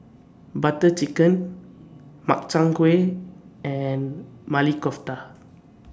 Butter Chicken Makchang Gui and Maili Kofta